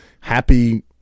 happy